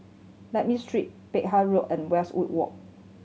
Lakme Street Peck Hay Road and Westwood Walk